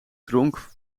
dronk